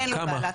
כמה?